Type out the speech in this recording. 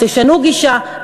תשנו גישה,